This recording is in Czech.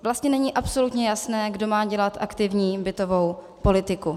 Vlastně není absolutně jasné, kdo má dělat aktivní bytovou politiku.